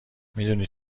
میدونی